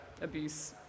abuse